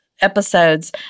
episodes